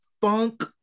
funk